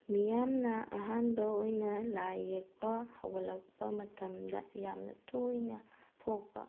ꯃꯤꯌꯥꯝꯅ ꯑꯍꯥꯟꯕ ꯑꯣꯏꯅ ꯂꯥꯏꯌꯦꯛꯄ ꯍꯧꯒꯠꯂꯛꯄ ꯃꯇꯝꯗ ꯌꯥꯝꯅ ꯇꯣꯏꯅ ꯊꯣꯛꯄ